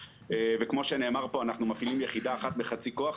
וכמו שנאמר כאן אנחנו מפעילים יחידה אחת בחצי כוח.